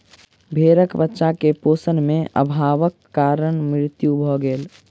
भेड़क बच्चा के पोषण में अभावक कारण मृत्यु भ गेल